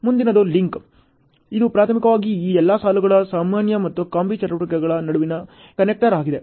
ಮುಂದಿನದು ಲಿಂಕ್ ಇದು ಪ್ರಾಥಮಿಕವಾಗಿ ಈ ಎಲ್ಲಾ ಸಾಲುಗಳ ಸಾಮಾನ್ಯ ಮತ್ತು ಕಾಂಬಿ ಚಟುವಟಿಕೆಗಳ ನಡುವಿನ ಕನೆಕ್ಟರ್ ಆಗಿದೆ